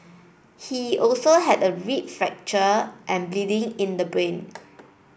he also had a rib fracture and bleeding in the brain